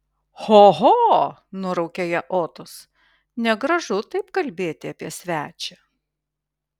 ho ho nuraukė ją otus negražu taip kalbėti apie svečią